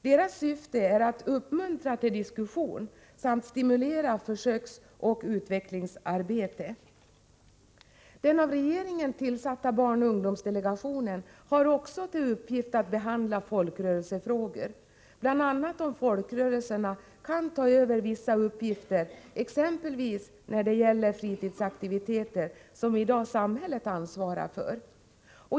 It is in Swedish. Deras syfte är att uppmuntra till diskussion samt stimulera försöksoch utvecklingsarbete. Den av regeringen tillsatta barnoch ungdomsdelegationen har också till uppgift att behandla folkrörelsefrågor, bl.a. om folkrörelserna kan ta över vissa uppgifter, exempelvis när det gäller fritidsaktiviteter som i dag samhället ansvarar för.